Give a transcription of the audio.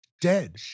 Dead